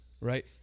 Right